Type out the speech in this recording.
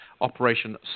Operation